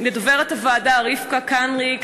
לדוברת הוועדה רבקה קנריק,